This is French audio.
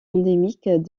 endémique